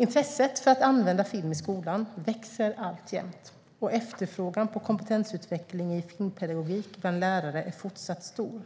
Intresset för att använda film i skolan växer alltjämt och efterfrågan på kompetensutveckling i filmpedagogik bland lärare är fortsatt stor.